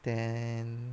then